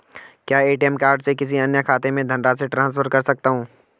क्या ATM card से किसी अन्य खाते में धनराशि ट्रांसफर कर सकता हूँ?